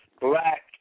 black